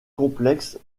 complexes